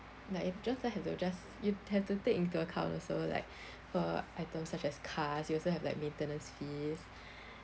like you just have to adjust you have to take into account also like uh items such as cars you also have like maintenance fees